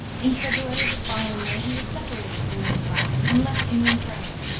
in february of the following year he was separated from lady byron, and left england forever,